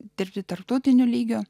dirbti tarptautinio lygio